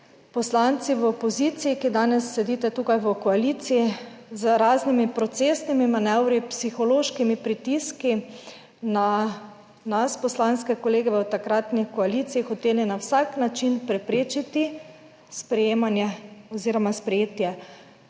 poslanci v opoziciji, ki danes sedite tukaj v koaliciji, z raznimi procesnimi manevri, psihološkimi pritiski na nas poslanske kolege v takratni koaliciji, hoteli na vsak način preprečiti sprejemanje oziroma sprejetje